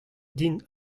dit